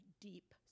deep